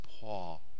Paul